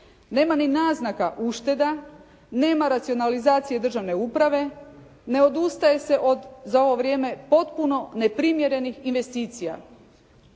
Nema ni naznaka ušteda, nema racionalizacije državne uprave, ne odustaje se od za ovo vrijeme potpuno neprimjerenih investicija.